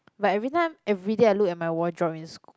but every time everyday I look at my wardrobe it's